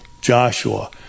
Joshua